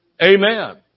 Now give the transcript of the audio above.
Amen